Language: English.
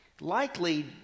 likely